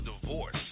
divorce